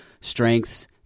strengths